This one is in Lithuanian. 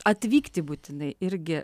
atvykti būtinai irgi